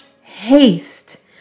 haste